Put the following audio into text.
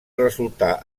resultà